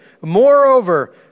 moreover